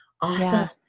Awesome